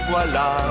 Voilà